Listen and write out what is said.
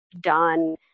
done